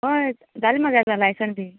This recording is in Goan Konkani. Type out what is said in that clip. हय जालें मगेलें लायसन बीन